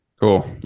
cool